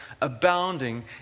abounding